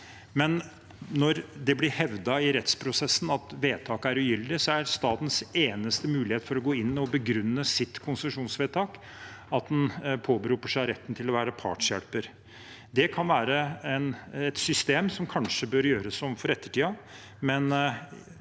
når det blir hevdet i rettsprosessen at vedtaket er ugyldig, er statens eneste mulighet for å gå inn og begrunne sitt konsesjonsvedtak at en påberoper seg retten til å være partshjelper. Det kan være et system som kanskje bør gjøres om for ettertiden.